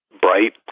bright